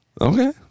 Okay